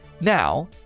Now